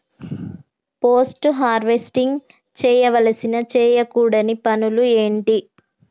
Post harvesting చేయవలసిన చేయకూడని పనులు ఏంటి?